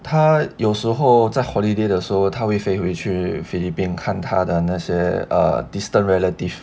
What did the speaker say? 他有时候在 holiday 的时候他会飞回去 philippines 看他的那些 err distant relatives